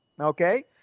okay